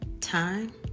Time